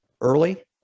early